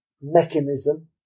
mechanism